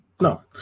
No